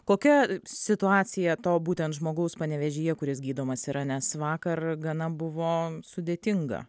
kokia situacija to būtent žmogaus panevėžyje kuris gydomas yra nes vakar gana buvo sudėtinga